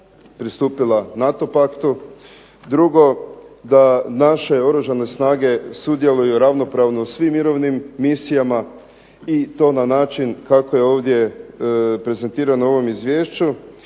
pristupila NATO paktu, drugo da naše Oružane snage sudjeluju ravnopravno u svim mirovnim misijama i to na način kako je ovdje prezentirano u ovom izvješću,